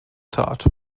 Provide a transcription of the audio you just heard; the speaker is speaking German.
tat